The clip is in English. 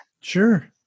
Sure